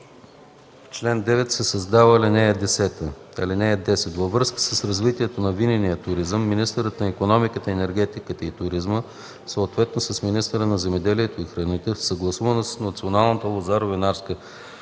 чл. 9 се създава нова ал. 10: „(10) Във връзка с развитието на винения туризъм, министърът на икономиката, енергетиката и туризма, съвместно с министъра на земеделието и храните, съгласувано с Националната лозаро-винарска